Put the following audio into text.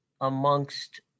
amongst